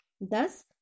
Thus